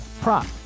prop